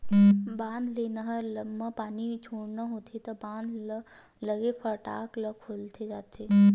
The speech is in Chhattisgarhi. बांधा ले नहर म पानी छोड़ना होथे त बांधा म लगे कपाट ल खोले जाथे